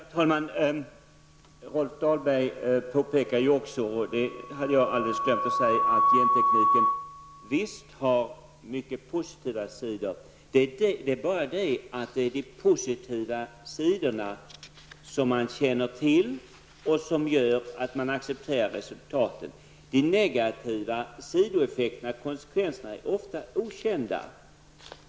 Herr talman! Rolf Dahlberg påpekade också, vilket jag glömde att säga, att gentekniken visst har många positiva sidor. Men det är bara det att det är de positiva sidorna som man känner till och som gör att man accepterar resultaten. De negativa sidoeffekterna och konsekvenserna är ofta okända.